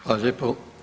Hvala lijepo.